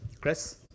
Chris